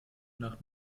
nach